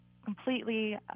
completely